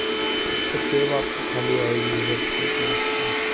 अच्छा केब आपके खाली आएगी उधर से तो उसका